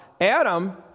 Adam